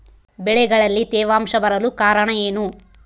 ಬೆಳೆಗಳಲ್ಲಿ ತೇವಾಂಶ ಬರಲು ಕಾರಣ ಏನು?